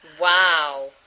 Wow